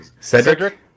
Cedric